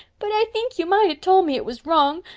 but i think you might have told me it was wrong.